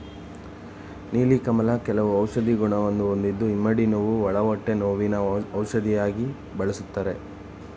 ನೀಲಿ ಕಮಲ ಕೆಲವು ಔಷಧಿ ಗುಣವನ್ನು ಹೊಂದಿದ್ದು ಇಮ್ಮಡಿ ನೋವು, ಒಳ ಹೊಟ್ಟೆ ನೋವಿಗೆ ಔಷಧಿಯಾಗಿಯೂ ಬಳ್ಸತ್ತರೆ